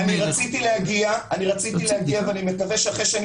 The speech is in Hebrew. רציתי להגיע ואני מקווה שאחרי שאני